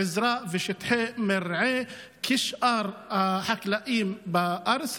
עזרה ושטחי מרעה כשאר החקלאים בארץ.